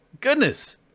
Goodness